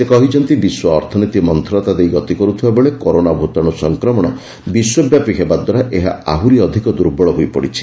ସେ କହିଛନ୍ତି ବିଶ୍ୱ ଅର୍ଥନୀତି ମନ୍ଥରତା ଦେଇ ଗତି କରୁଥିବାବେଳେ କରୋନା ଭୂତାଣୁ ସଂକ୍ରମଣ ବିଶ୍ୱବ୍ୟାପୀ ହେବାଦ୍ୱାରା ଏହା ଆହୁରି ଅଧିକ ଦୁର୍ବଳ ହୋଇପଡ଼ିଛି